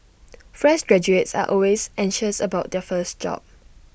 fresh graduates are always anxious about their first job